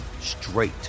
straight